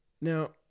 Now